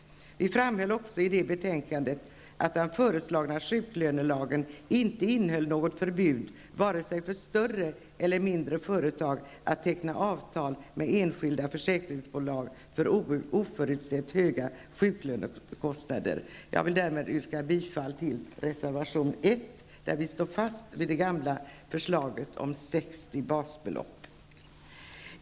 Vi framhöll också då att förslagen i sjuklönelagen inte innehöll några förbud vare sig för större eller för mindre företag att teckna avtal med enskilda försäkringsbolag för oförutsett höga sjuklönekostnader. Jag vill härmed yrka bifall till reservation 1, där vi står fast vid det gamla förslaget om 60 basbelopp.